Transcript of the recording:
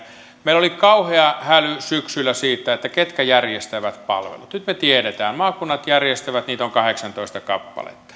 meillä oli kauhea häly syksyllä siitä ketkä järjestävät palvelut nyt me tiedämme maakunnat järjestävät ja niitä on kahdeksantoista kappaletta